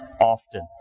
often